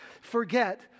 forget